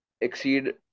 exceed